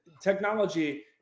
technology